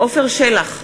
עפר שלח,